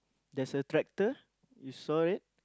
there's a tractor you saw it